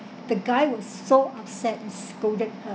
the guy was so upset and scolded her